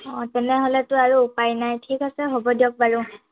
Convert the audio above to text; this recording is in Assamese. অ' তেনেহ'লেতো আৰু উপাই নাই ঠিক আছে হ'ব দিয়ক বাৰু